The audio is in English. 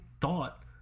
thought